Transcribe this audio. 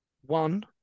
one